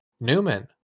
Newman